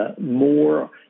more